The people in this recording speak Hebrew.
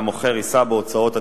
והמוכר יישא בהוצאות התיקון.